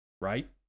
Right